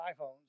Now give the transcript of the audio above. iphones